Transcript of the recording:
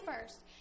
first